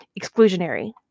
exclusionary